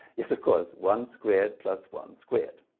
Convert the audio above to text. yes, of course, one squared plus one squared.